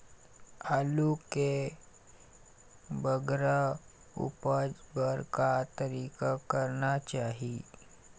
आलू के बगरा उपज बर का तरीका करना चाही?